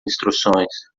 instruções